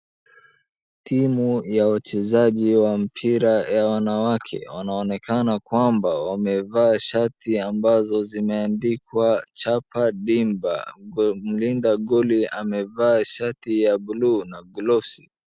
Timu ya wachezaji ya mpira ya wanawake wanaonekana kwamba wame vaa shati ambazo zimeandikwa chapa dimba mlinda goli amevaa shati ya buluu na glovsi .